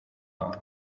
wawe